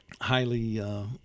Highly